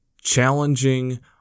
challenging